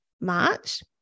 March